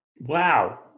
Wow